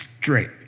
straight